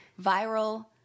viral